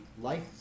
life